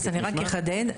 אז אני רק אחדד.